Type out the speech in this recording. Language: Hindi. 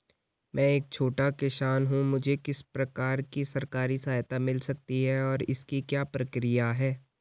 मैं एक छोटा किसान हूँ मुझे किस प्रकार की सरकारी सहायता मिल सकती है और इसकी क्या प्रक्रिया है?